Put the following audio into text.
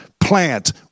Plant